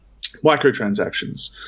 microtransactions